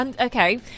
Okay